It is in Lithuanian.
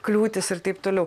kliūtis ir taip toliau